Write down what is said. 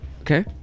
Okay